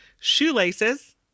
Shoelaces